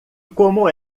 como